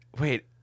wait